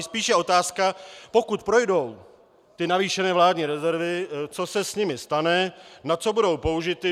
Spíše je otázka, pokud projdou ty navýšené vládní rezervy, co se s nimi stane, na co budou použity.